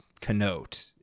connote